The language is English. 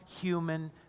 human